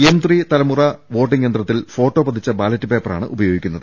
M ദ തലമുറ voting യന്ത്രത്തിൽ ഫോട്ടോ പതിച്ച ബാലറ്റ് പേപ്പറാണ് ഉപയോഗി ക്കുന്നത്